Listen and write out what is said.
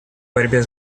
борьбе